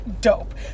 dope